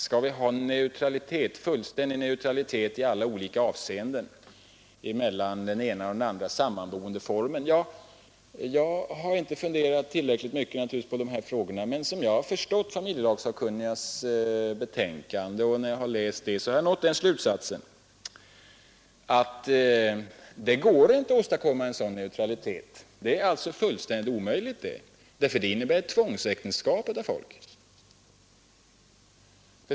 Skall vi ha fullständig neutralitet i alla olika avseenden mellan den ena och den andra sammanboendeformen? Jag har naturligtvis inte funderat tillräc ligt mycket på det här, men som jag förstått familjelagssakkunnigas betänkande har jag dragit slutsatsen att det är fullständigt omöjligt att åstadkomma en sådan neutralitet, för det skulle innebära tvångsäktenskap.